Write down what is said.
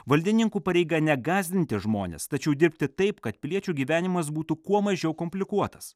valdininkų pareiga ne gąsdinti žmones tačiau dirbti taip kad piliečių gyvenimas būtų kuo mažiau komplikuotas